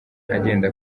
agenda